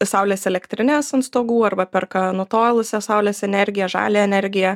saulės elektrines ant stogų arba perka nutolusią saulės energiją žalią energiją